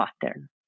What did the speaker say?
pattern